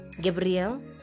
Gabriel